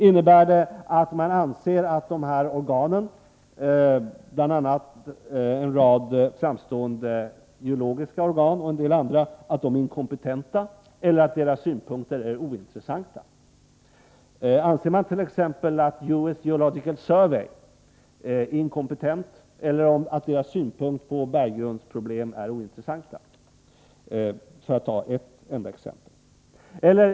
Anser man att dessa organ, bl.a. en rad framstående geologiska organ, är inkompetenta eller att deras synpunkter är ointressanta? Anser man t.ex. att US Geological Survey är inkompetent eller att dess synpunkter på berggrundsproblem är ointressanta —- för att ta ett enda exempel?